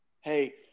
Hey